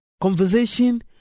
conversation